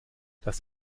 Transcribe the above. das